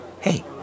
Hey